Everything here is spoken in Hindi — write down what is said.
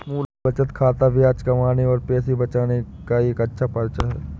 मूल बचत खाता ब्याज कमाने और पैसे बचाने का एक अच्छा परिचय है